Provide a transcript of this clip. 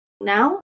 Now